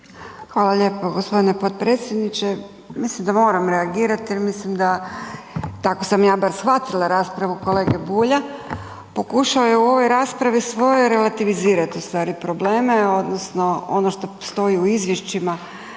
vam lijepa gospodine predsjedniče. Mislim da moram reagirati jer mislim da, tako sam ja bar shvatila raspravu kolege Bulja. Pokušao je u ovoj raspravi svojoj relativizirati stvari, probleme, odnosno ono što stoji u izvješćima.